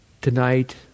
tonight